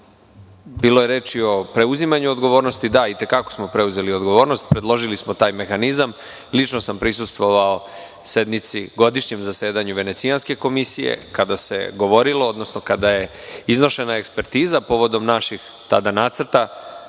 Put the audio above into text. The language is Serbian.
je reči o preuzimanju odgovornosti. Da, i te kako smo preuzeli odgovornost. Predložili smo taj mehanizam. Lično sam prisustvovao godišnjem zasedanju Venecijanske komisije kada se govorilo, odnosno kada je iznošena ekspertiza povodom naših tada nacrta